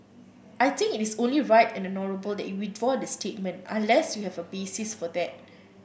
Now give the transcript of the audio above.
I think it is only right and honourable that you withdraw the statement unless you have a basis for that